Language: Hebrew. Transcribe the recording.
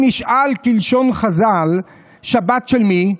אם נשאל כלשון חז"ל "שבת של מי?"